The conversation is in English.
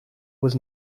was